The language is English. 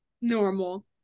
Normal